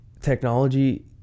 Technology